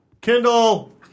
Kindle